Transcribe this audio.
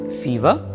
fever